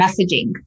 messaging